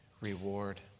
reward